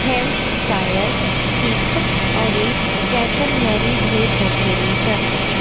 Hampshire sheep अउरी जैसलमेरी भेड़ होखेली सन